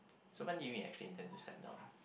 so when did you actually intend to step down